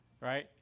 Right